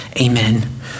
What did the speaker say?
amen